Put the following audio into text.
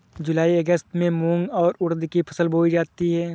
जूलाई अगस्त में मूंग और उर्द की फसल बोई जाती है